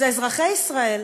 זה אזרחי ישראל.